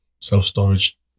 self-storage